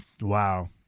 wow